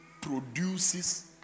produces